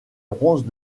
bronzes